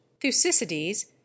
Thucydides